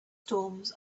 storms